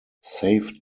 saved